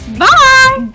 Bye